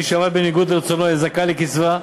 מי שעבד בניגוד לרצונו יהיה זכאי לקצבה,